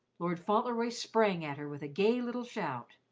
lord fauntleroy sprang at her with a gay little shout.